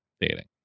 dating